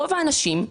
רוב האנשים,